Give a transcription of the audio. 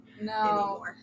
No